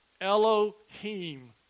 Elohim